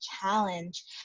challenge